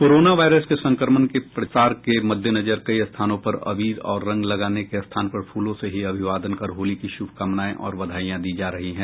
corona virus के संक्रमण के प्रसार के मद्देनजर कई स्थानों पर अबीर और रंग लगाने के स्थान पर फूलों से ही अभिवादन कर होली की शुभकामनाएं और बधाईयां दी जा रही हैं